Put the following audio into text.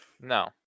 No